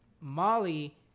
Molly